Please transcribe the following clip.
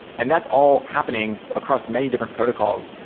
and that's all happening across many different protocols.